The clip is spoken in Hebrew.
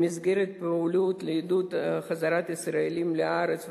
במסגרת הפעולות לעידוד חזרת ישראלים לארץ,